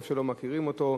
איפה שלא מכירים אותו,